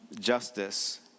justice